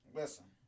listen